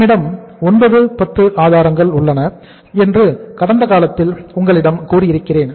நம்மிடமும் 9 10 ஆதாரங்கள் உள்ளன என்று கடந்த காலத்தில் உங்களிடம் கூறியிருக்கிறேன்